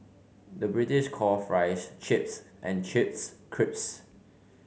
the British calls fries chips and chips crisps